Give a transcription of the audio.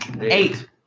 Eight